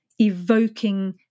evoking